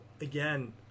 again